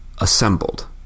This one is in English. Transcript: assembled